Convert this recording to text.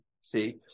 See